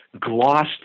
glossed